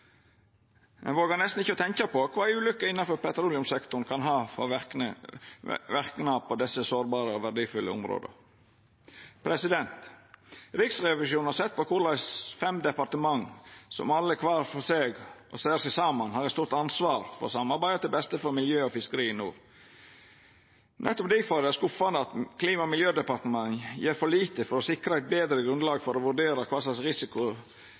Ein vågar nesten ikkje å tenkja på kva ei ulukke innanfor petroleumssektoren kan ha av verknad på desse sårbare og verdifulle områda. Riksrevisjonen har sett på korleis fem departement som alle, kvar for seg og saman, har eit stort ansvar for å samarbeida til beste for miljø og fiskeri i nord. Nettopp difor er det skuffande at Klima- og miljødepartementet gjer for lite for å sikra eit betre grunnlag for å vurdera kva slags